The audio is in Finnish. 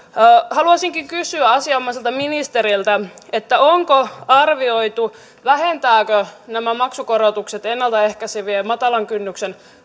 haluaisinkin kysyä asianomaiselta ministeriltä onko arvioitu vähentävätkö nämä maksukorotukset ennalta ehkäisevien ja matalan kynnyksen